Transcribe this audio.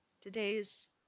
Today's